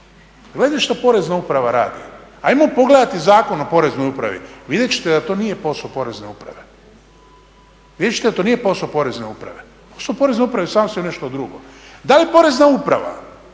Gledajte što porezna uprava radi, ajmo pogledati Zakon o poreznoj upravi. Vidjet ćete da to nije posao porezne uprave. Posao porezne uprave sasvim je nešto drugo. Da li porezna uprava